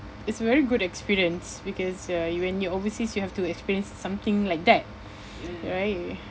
it's very good experience because uh you when you're overseas you have to experience something like that right